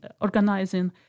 organizing